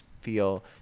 feel